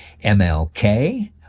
MLK